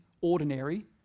Ordinary